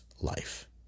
life